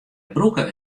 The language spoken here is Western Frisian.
brûke